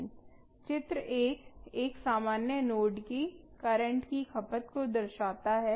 चित्र 1 एक सामान्य नोड की करंट की खपत को दर्शाता है